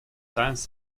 science